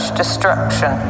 destruction